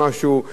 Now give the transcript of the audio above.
לא הרבה,